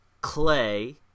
Clay